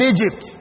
Egypt